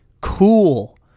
cool